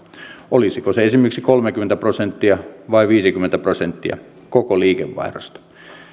olisiko se esimerkiksi kolmekymmentä prosenttia vai viisikymmentä prosenttia koko liikevaihdosta